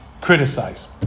criticize